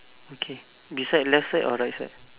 okay beside left side or right side